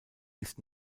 ist